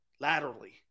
laterally